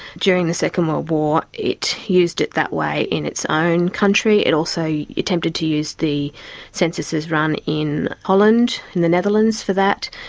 during the second world war it used it that way in its own country, it also attempted to use the censuses run in holland in the netherlands for that,